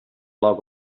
log